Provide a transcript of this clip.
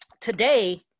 Today